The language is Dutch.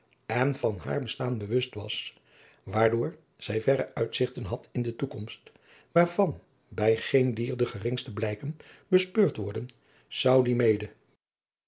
en van haar bestaan bewust was waardoor zij verre uitzigten had in de toekomst waarvan bij geen dier de geringste blijken bespeurd worden zou die mede